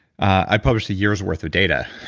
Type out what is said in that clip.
i published a year's worth of data,